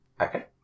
Okay